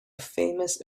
famous